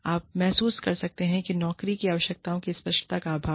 आप महसूस कर सकते हैं कि नौकरी की आवश्यकताओं की स्पष्टता का अभाव है